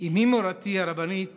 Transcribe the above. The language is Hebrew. אימי מורתי, הרבנית